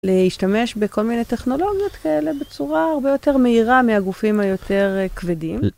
להשתמש בכל מיני טכנולוגיות כאלה בצורה הרבה יותר מהירה מהגופים היותר כבדים.